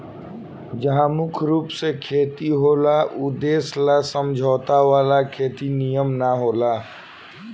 जहा मुख्य रूप से खेती होला ऊ देश ला समझौता वाला खेती निमन न होला